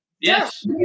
Yes